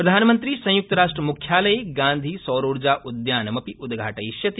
प्रधानमन्त्री संयुक्त राष्ट्र मुख्यालये गांधी सौरोजा उद्यानमपि उद्घाटयिष्यति